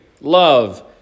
love